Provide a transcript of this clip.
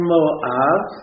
Moab